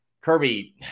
Kirby